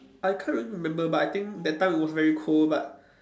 I can't really remember but I think that time it was very cold but